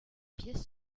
pièces